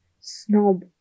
snob